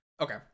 okay